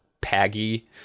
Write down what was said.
paggy